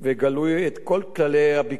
את כל כללי הביקור במקום,